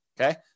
Okay